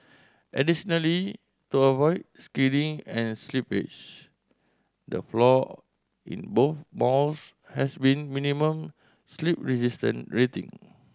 additionally to avoid skidding and slippage the floor in both malls has been minimum slip resistance rating